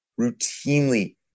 routinely